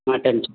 mutton